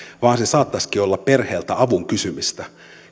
vaan se saattaisikin olla perheeltä avun kysymistä